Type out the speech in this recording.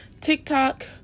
TikTok